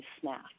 snack